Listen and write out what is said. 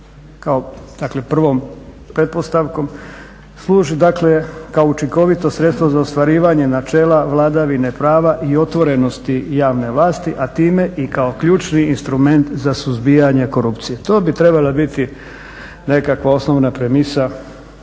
dakle prvom pretpostavkom, služi dakle kao učinkovito sredstvo za ostvarivanje načela vladavine prava i otvorenosti javne vlasti, a time i kao ključni instrument za suzbijanje korupcije. To bi trebala biti nekakva osnovna … ovoga